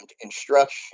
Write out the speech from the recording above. Instruction